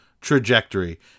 trajectory